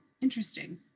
interesting